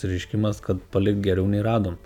pareiškimas kad palikt geriau nei radom